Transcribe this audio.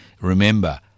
Remember